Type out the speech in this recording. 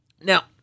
now